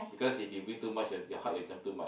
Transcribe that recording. because if you win too much your heart will jump too much